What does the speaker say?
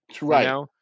Right